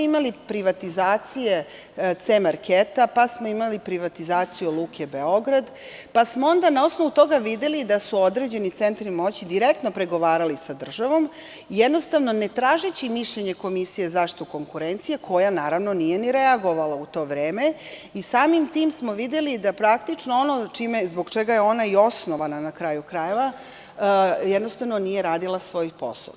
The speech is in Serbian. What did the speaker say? Imali smo privatizaciju „C marketa“, pa smo imali privatizaciju „Luke Beograd“, pa smo onda na osnovu toga videli da su određeni centri moći direktno pregovarali sa državom, ne tražeći mišljenje Komisije za zaštitu konkurencije, koja nije ni reagovala u to vreme i samim tim smo videli da ono zbog čega je ona i osnovana, na kraju krajeva, jednostavno nije radila svoj posao.